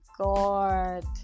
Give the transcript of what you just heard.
god